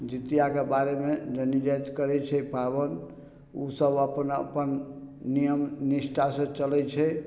जीतियाके बारेमे जनानी जाइत करय छै पाबनि उसब अपन अपन नियम निष्ठासँ चलय छै